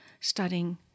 studying